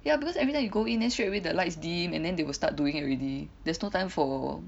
ya because everytime you go in then straight away the lights dim and then they will start doing it already there's no time for